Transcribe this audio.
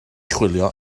chwilio